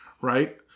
right